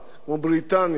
כמו בריטניה,